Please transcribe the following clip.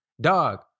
dog